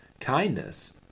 Kindness